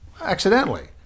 accidentally